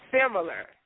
similar